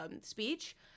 speech